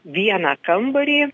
vieną kambarį